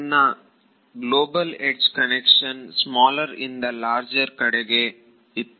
ನನ್ನ global edge convention smaller ಇಂದ larger node ಕಡೆಗೆ ಇದೆ